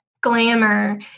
glamour